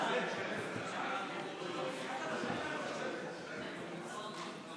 אבל אני לא לוקח את האחריות.